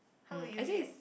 how would you react